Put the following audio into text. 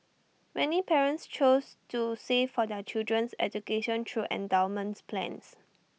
many parents choose to save for their children's education through endowment plans